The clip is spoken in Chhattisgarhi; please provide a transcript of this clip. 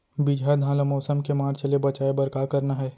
बिजहा धान ला मौसम के मार्च ले बचाए बर का करना है?